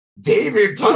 David